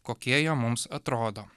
kokie jie mums atrodo